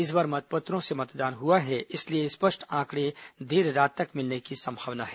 इस बार मतपत्रों से मतदान हुआ है इसलिए स्पष्ट आंकड़े देर रात तक मिलने की संभावना है